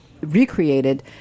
recreated